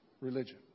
religion